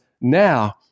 now